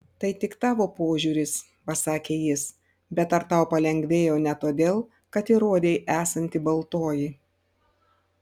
tai tik tavo požiūris pasakė jis bet ar tau palengvėjo ne todėl kad įrodei esanti baltoji